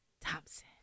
Thompson